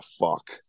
fuck